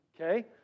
okay